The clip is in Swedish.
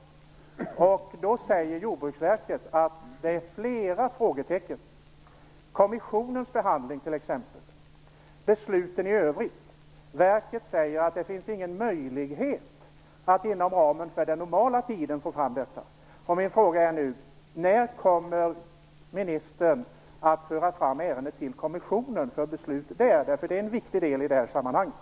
Då säger Jordbruksverket att det finns flera frågetecken, t.ex. kommissionens behandling och besluten i övrigt. Verket säger att det inte finns någon möjlighet att få fram detta inom ramen för den normala tiden. Min fråga är nu: När kommer ministern att föra fram ärendet till kommissionen för beslut där? Det är en viktig del i det här sammanhanget.